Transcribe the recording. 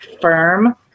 firm